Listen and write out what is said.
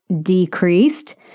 Decreased